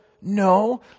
No